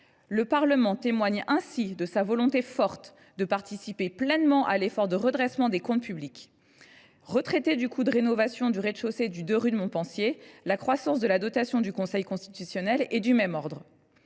Le Parlement témoigne ainsi de sa volonté forte de participer pleinement à l’effort de redressement des comptes publics. Si l’on retire le coût de la rénovation du rez de chaussée du 2 rue de Montpensier, la croissance de la dotation du Conseil constitutionnel est du même ordre.